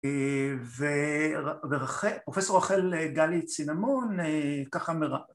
‫אה, ו.. רחל... פרופסור רחל גלי צינמון, אה, ‫ככה מר...